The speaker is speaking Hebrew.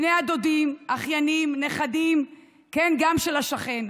בני הדודים, אחיינים, נכדים, כן, גם של השכן.